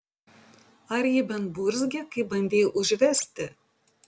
ar ji bent burzgė kai bandei užvesti